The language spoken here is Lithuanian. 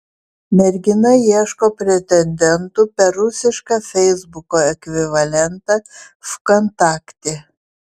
mergina ieško pretendentų per rusišką feisbuko ekvivalentą vkontakte